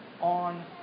on